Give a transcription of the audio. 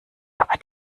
aber